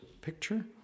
picture